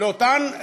לאותם ציבורים,